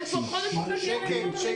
הם כבר חודש וחצי אין להם לימוד.